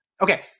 Okay